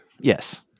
Yes